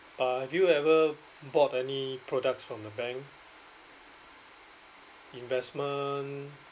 but have you ever bought any products from the bank investment